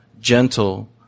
gentle